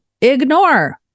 ignore